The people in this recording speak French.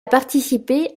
participé